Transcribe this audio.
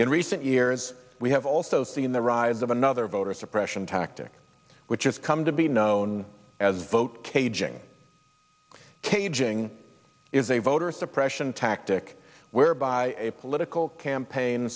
in recent years we have also seen the rise of another voter suppression tactic which has come to be known as vote caging caging is a voter suppression tactic whereby a political campaign